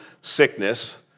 sickness